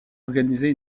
organisée